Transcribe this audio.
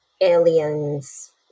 aliens